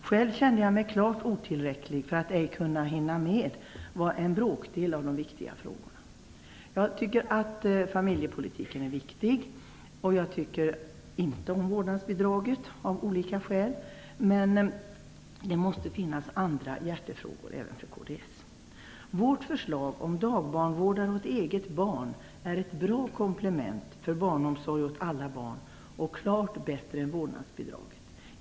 Själv känner jag mig klart otillräcklig, eftersom jag bara hinner med en bråkdel av de viktiga frågorna. Jag tycker att familjepolitiken är viktig. Jag tycker inte om vårdnadsbidraget, av olika skäl. Det måste finnas andra hjärtefrågor även för kds. Vårt förslag om att man skall kunna vara dagbarnvårdare åt egna barn är ett bra komplement när det gäller att det skall finnas barnomsorg åt alla barn. Det är klart bättre än vårdnadsbidraget.